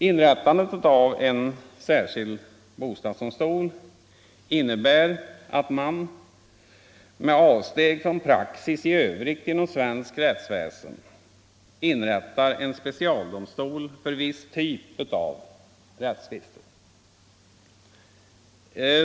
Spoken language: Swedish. Inrättandet av en särskild bostadsdomstol innebär att man, med avsteg från praxis i övrigt inom svenskt rättsväsen, inrättar en specialdomstol för viss typ av rättstvister.